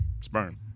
sperm